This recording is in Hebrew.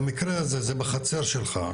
במקרה הזה זה בחצר שלך.